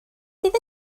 sydd